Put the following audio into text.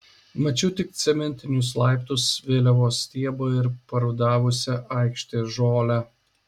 mačiau tik cementinius laiptus vėliavos stiebą ir parudavusią aikštės žolę